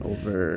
Over